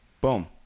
Boom